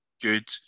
good